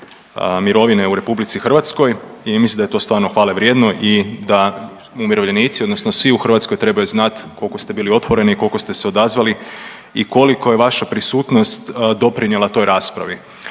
mirovine u RH i mislim da je to stvarno hvale vrijedno i da umirovljenici odnosno svi u Hrvatskoj trebaju znati koliko ste bili otvoreni, koliko ste se odazvali i koliko je vaša prisutnost doprinijela toj raspravi.